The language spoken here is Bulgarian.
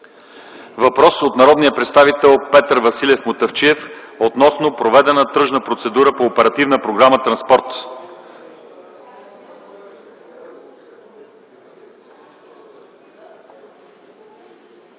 Въпрос от народния представител Петър Василев Мутафчиев относно проведена тръжна процедура по оперативна програма „Транспорт”.